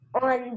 on